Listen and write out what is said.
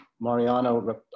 Mariano